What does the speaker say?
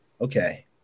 Okay